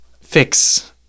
Fix